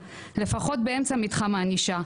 לפחות באמצע מתחם הענישה.